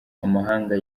amahanga